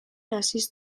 haziz